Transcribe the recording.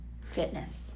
fitness